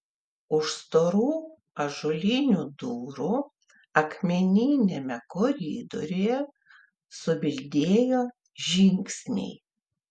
už storų ąžuolinių durų akmeniniame koridoriuje subildėjo žingsniai